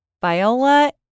Viola